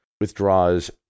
withdraws